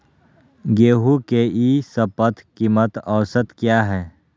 गेंहू के ई शपथ कीमत औसत क्या है?